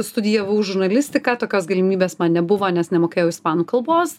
studijavau žurnalistiką tokios galimybės man nebuvo nes nemokėjau ispanų kalbos